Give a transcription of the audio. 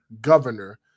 governor